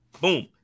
Boom